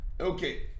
Okay